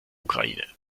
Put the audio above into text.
ukraine